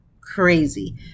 crazy